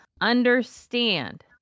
understand